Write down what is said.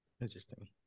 interesting